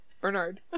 bernard